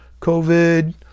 COVID